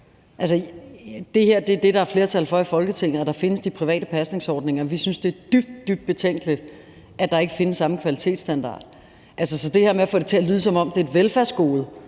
det her er det, der er flertal for i Folketinget: at der findes de private pasningsordninger. Vi synes, at det er dybt, dybt betænkeligt, at der ikke findes samme kvalitetsstandarder. Så i forhold til det her med at få det til at lyde, som om det er et velfærdsgode,